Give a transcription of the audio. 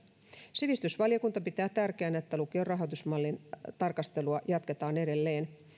sivistysvaliokunta pitää tärkeänä että lukion rahoitusmallin tarkastelua jatketaan edelleen